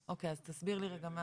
אוקיי, אז תסביר לי רגע.